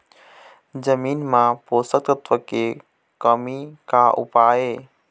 जमीन म पोषकतत्व के कमी का उपाय हे?